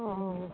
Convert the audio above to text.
অঁ